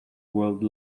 world